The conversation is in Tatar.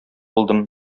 булдым